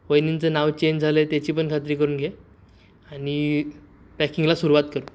वैनींचं नाव चेंज झालं आहे त्याची पण खात्री करून घे आणि पॅकिंगला सुरुवात करू